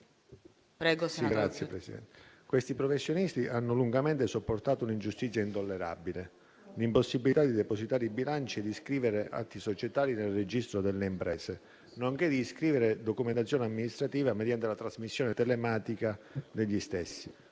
*(FI-BP-PPE)*. Questi professionisti hanno lungamente sopportato un'ingiustizia intollerabile: l'impossibilità di depositare i bilanci e di iscrivere atti societari nel registro delle imprese, nonché di iscrivere documentazione amministrativa mediante la trasmissione telematica degli stessi;